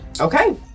Okay